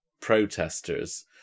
protesters